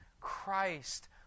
Christ